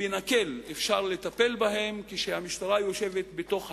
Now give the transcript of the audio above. בנקל אפשר לטפל בהם כשהמשטרה יושבת בתוך הקהילה,